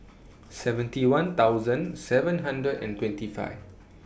seventy one thousand seven hundred and twenty five